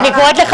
תפסיקו להסית.